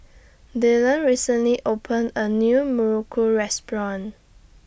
Dylan recently opened A New Muruku Restaurant